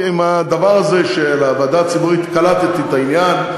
עם הדבר הזה של הוועדה הציבורית, קלטתי את העניין.